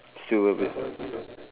still a bit